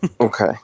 Okay